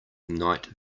night